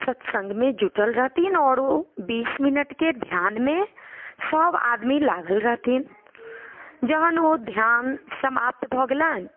सतसङ्गमे जुटल रहथिन आओर ओ बीस मिनटके धिआनमे सब आदमी लागल रहथिन जहन ओ धिआन समाप्त भऽ गेलनि